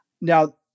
Now